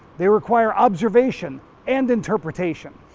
they require observation and interpretation.